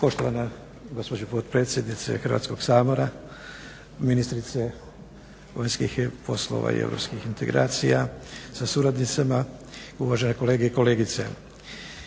Poštovana potpredsjednice Hrvatskog sabora, ministrice vanjskih poslova i europskih integracija sa suradnicama, uvažene kolegice i kolege.